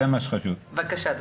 בבקשה.